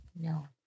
no